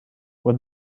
when